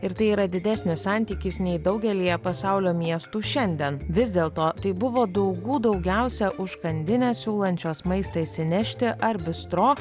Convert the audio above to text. ir tai yra didesnis santykis nei daugelyje pasaulio miestų šiandien vis dėlto tai buvo daugų daugiausia užkandinės siūlančios maistą išsinešti ar bistro